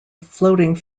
floating